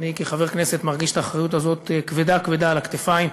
אני כחבר כנסת מרגיש את האחריות הזאת כבדה כבדה על הכתפיים,